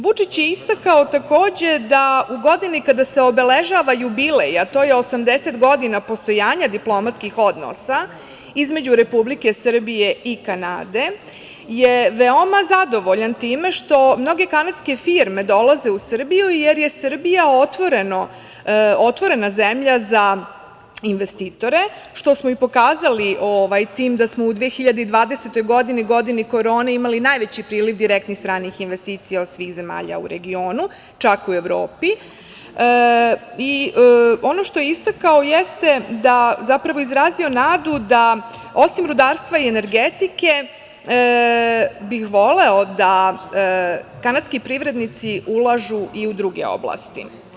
Vučić je istakao takođe da u godini kada se obeležava jubilej, a to je 80 godina postojanja diplomatskih odnosa, između Republike Srbije i Kanade, je veoma zadovoljan time što mnoge kanadske firme dolaze u Srbiju jer je Srbija otvorena zemlja za investitore, što smo i pokazali tim da smo u 2020. godini, godini korone, imali najveći priliv direktnih stranih investicija od svih zemalja u regionu, čak u Evropi i ono što je istakao jeste da je izrazio nadu da, osim rudarstva i energetike, bi voleo da kanadski privrednici ulažu i u druge oblasti.